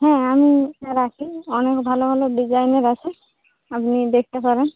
হ্যাঁ আমি রাখি অনেক ভালো ভালো ডিজাইনের রাখি আপনি দেখতে পারেন